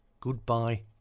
goodbye